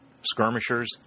Skirmishers